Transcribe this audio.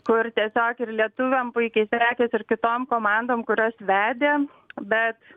kur tiesiog ir lietuviam puikiai sekėsi ir kitom komandom kurios vedė bet